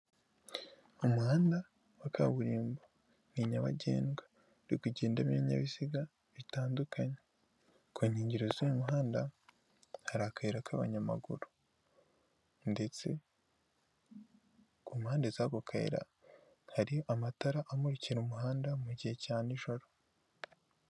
Umuhanda wa kaburimbo ni nyabagendwa ariko kugenda ibibinyabiziga bitandukanye, ku inkengero z'uyu muhanda hari akayira k'abanyamaguru, ndetse ku mpande z'ako kayira hari amatara amurikira umuhanda mu gihe cya n'ijoro.